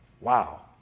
Wow